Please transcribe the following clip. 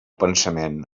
pensament